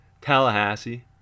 Tallahassee